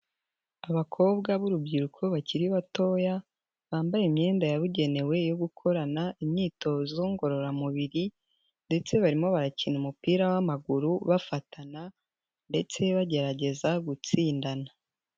Abakobwa b'urubyiruko bakiri batoya bambaye imyenda yabugenewe yo gukorana imyitozo ngororamubiri, ndetse barimo barakina umupira w'amaguru bafatana, ndetse bagerageza gutsindana.